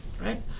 right